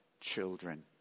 children